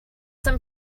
some